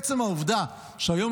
עצם העובדה שהיום,